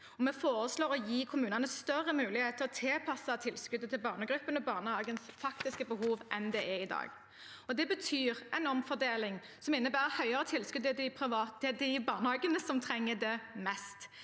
Vi foreslår å gi kommunene større mulighet til å tilpasse tilskuddet til barnegruppene og barnehagens faktiske behov enn det er i dag. Det betyr en omfordeling som innebærer høyere tilskudd til de barnehagene som trenger det mest.